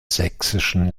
sächsischen